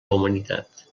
humanitat